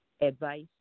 advice